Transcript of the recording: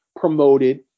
promoted